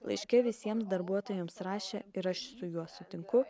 laiške visiem darbuotojams rašė ir aš su juo sutinku